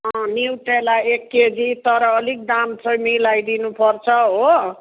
अँ निउटेला एक केजी तर अलिक दाम चाहिँ मिलाइदिनुपर्छ हो